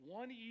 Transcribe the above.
one